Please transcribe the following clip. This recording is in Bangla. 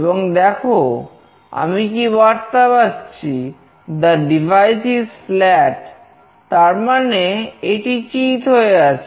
এবং দেখো আমি কি বার্তা পাচ্ছি"the device is flat" তার মানে এটি চিৎ হয়ে আছে